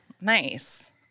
Nice